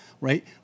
right